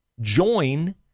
join